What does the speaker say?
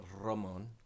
Ramon